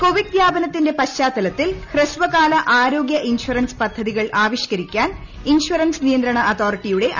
Covid വ്യാപനത്തിന്റെ പശ്ചാത്തലത്തിൽ ഹ്രസ്വകാല ആരോഗൃ ഇൻഷുറൻസ് പദ്ധതികൾ ആവിഷ്ക്കരിക്കാൻ ഇൻഷുറൻസ് നിയന്ത്രണ അതോറിറ്റിയുടെ അനുമതി